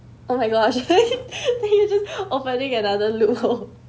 oh my gosh you just opening another loophole